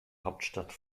hauptstadt